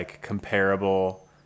comparable